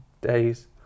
days